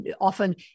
often